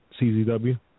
CZW